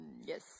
yes